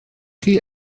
chi